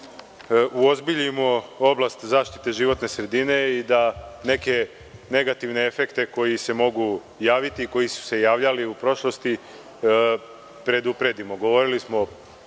uozbiljimo oblast zaštite životne sredine i da neke negativne efekte koji se mogu javiti i koji su se javili u prošlosti predupredimo. Govorili smo o